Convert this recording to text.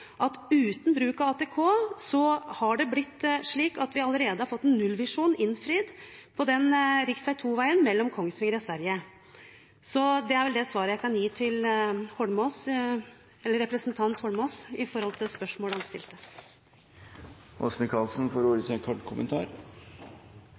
– uten bruk av ATK – har blitt slik at vi allerede har fått nullvisjonen innfridd på rv. 2 mellom Kongsvinger og Sverige. Dette er vel det svaret jeg kan gi representanten Eidsvoll Holmås på det spørsmålet han stilte. Representanten Åse Michaelsen har hatt ordet to ganger tidligere og får ordet til en kort